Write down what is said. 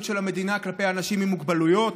של המדינה כלפי אנשים עם מוגבלויות,